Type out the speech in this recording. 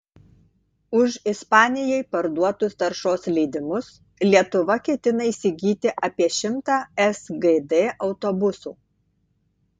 už ispanijai parduotus taršos leidimus lietuva ketina įsigyti apie šimtą sgd autobusų